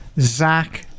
Zach